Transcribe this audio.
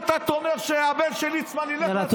אתה תומך בזה שהבן של ליצמן ילך לצבא והבן שלך לא?